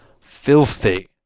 filthy